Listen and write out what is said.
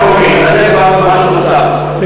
הפגייה המקומית זה כבר משהו נוסף.